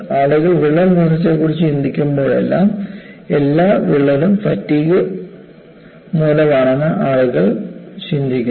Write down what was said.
ആളുകൾ വിള്ളൽ വളർച്ചയെക്കുറിച്ച് ചിന്തിക്കുമ്പോഴെല്ലാം എല്ലാ വിള്ളലും ഫാറ്റിഗ് മൂലമാണെന്ന് ആളുകൾ ചിന്തിക്കുന്നു